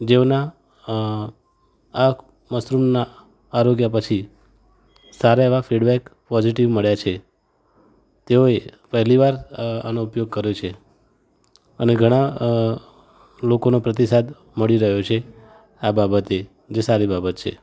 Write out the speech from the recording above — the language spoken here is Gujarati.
જેઓના આ મશરૂમના આરોગ્ય પછી સારા એવા ફીડબૅક પૉઝિટિવ મળ્યા છે તેઓ એ પહેલીવાર આનો ઉપયોગ કર્યો છે અને ઘણાં લોકોનો પ્રતિસાદ મળી રહ્યો છે આ બાબતે જે સારી બાબત છે